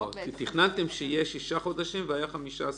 תכננתם שיהיו שישה חודשים, והיו 15 חודשים.